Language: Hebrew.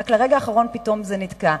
ורק ברגע האחרון פתאום זה נתקע.